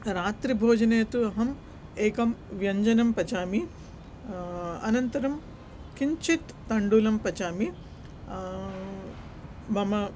रत्रि भोजने तु अहम् एकं व्यञ्जनं पचामि अनन्तरं किञ्चित् तण्डुलं पचामि मम